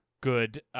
good